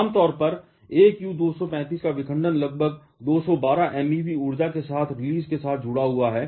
आमतौर पर एक U 235 का विखंडन लगभग 212 MeV ऊर्जा के रिलीज के साथ जुड़ा हुआ है